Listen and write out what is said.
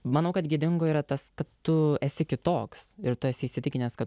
manau kad gėdingo yra tas kad tu esi kitoks ir tu esi įsitikinęs kad